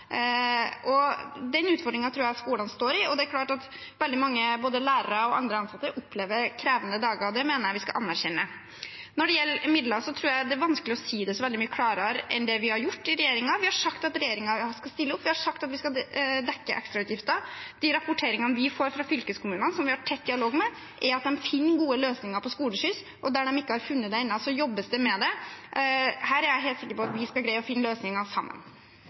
Den utfordringen tror jeg skolene står i, og det er klart at veldig mange, både lærere og andre ansatte, opplever krevende dager. Det mener jeg vi skal anerkjenne. Når det gjelder midler, tror jeg det er vanskelig å si det så veldig mye klarere enn det vi i regjeringen har gjort. Vi har sagt at regjeringen skal stille opp, vi har sagt at vi skal dekke ekstrautgifter. De rapporteringene vi får fra fylkeskommunene, som vi har tett dialog med, er at de finner gode løsninger på skoleskyss, og der de ikke har funnet det ennå, jobbes det med det. Her er jeg helt sikker på at vi skal greie å finne løsningene sammen.